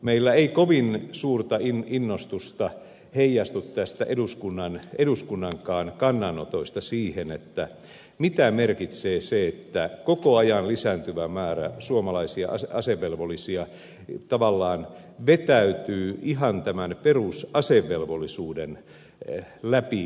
meillä ei kovin suurta innostusta heijastu eduskunnankaan kannanotoista siihen mitä merkitsee se että koko ajan lisääntyvä määrä suomalaisia asevelvollisia tavallaan vetäytyy ihan tämän perusasevelvollisuuden läpiviemisestä